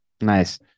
nice